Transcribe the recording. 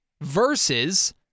Versus